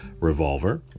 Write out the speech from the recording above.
Revolver